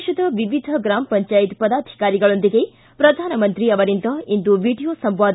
ದೇಶದ ವಿವಿಧ ಗ್ರಾಮ ಪಂಚಾಯತ್ ಪದಾಧಿಕಾರಿಗಳೊಂದಿಗೆ ಪ್ರಧಾನಮಂತ್ರಿ ಅವರಿಂದ ಇಂದು ವಿಡಿಯೋ ಸಂವಾದ